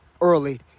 early